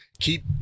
Keep